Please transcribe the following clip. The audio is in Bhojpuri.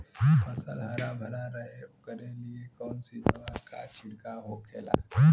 फसल हरा भरा रहे वोकरे लिए कौन सी दवा का छिड़काव होखेला?